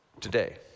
Today